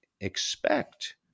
expect